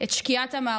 את שקיעת המערכות,